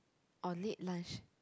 or late lunch